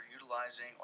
utilizing